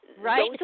Right